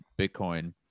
Bitcoin